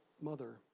mother